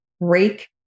break